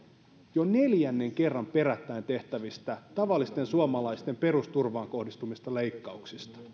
jo neljännen kerran perättäin tehtävistä tavallisten suomalaisten perusturvaan kohdistuvista leikkauksista